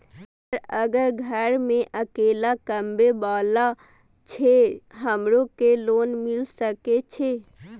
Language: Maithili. सर अगर घर में अकेला कमबे वाला छे हमरो के लोन मिल सके छे?